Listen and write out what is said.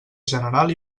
general